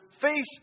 face